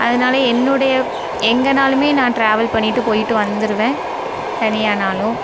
அதனால் என்னுடைய எங்கனாலுமே நான் ட்ராவல் பண்ணிவிட்டு போயிவிட்டு வந்துருவேன் தனியானாலும்